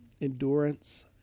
endurance